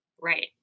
Right